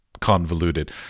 convoluted